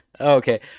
Okay